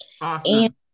Awesome